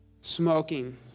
Smoking